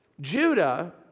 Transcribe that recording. Judah